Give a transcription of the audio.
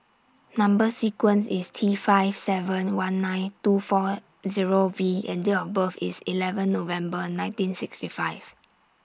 Number sequence IS T five seven one nine two four Zero V and Date of birth IS eleven November nineteen sixty five